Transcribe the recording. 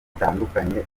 bitandukanye